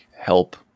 help